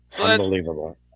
Unbelievable